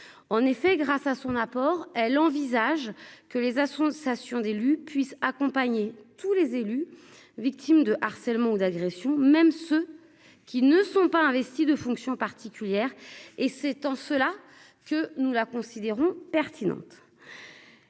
en effet, grâce à son apport, elle envisage que les à sensation d'élus puisse accompagner tous les élus, victime de harcèlement ou d'agressions, même ceux qui ne sont pas investis de fonctions particulières et c'est en cela que nous la considérons pertinente,